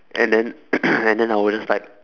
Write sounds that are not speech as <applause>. and then I <coughs> and then I will just type